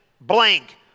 blank